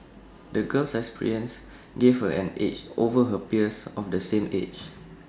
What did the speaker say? the girl's experiences gave her an edge over her peers of the same age